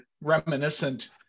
reminiscent